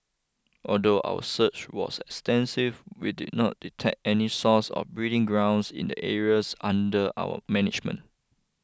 although our search was extensive we did not detect any source or breeding grounds in the areas under our management